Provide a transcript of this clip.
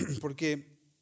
Porque